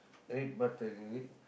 red button is it